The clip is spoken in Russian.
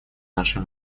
нашей